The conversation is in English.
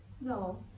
No